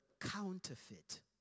counterfeit